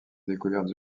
découvertes